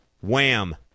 Wham